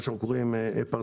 מה שאנחנו קוראים לו פרצלציה,